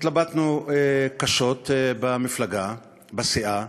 התלבטנו קשות במפלגה, בסיעה.